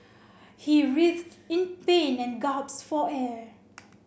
he writhed in pain and gasped for air